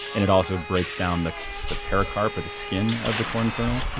and it also breaks down the the pericarp or the skin of the corn kernel.